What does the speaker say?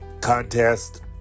contest